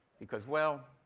because well,